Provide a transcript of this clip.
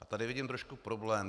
A tady vidím trošku problém.